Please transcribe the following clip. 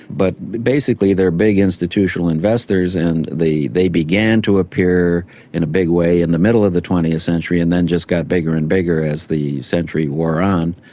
but basically they're big institutional investors and they began to appear in a big way in the middle of the twentieth century and then just got bigger and bigger as the century wore on.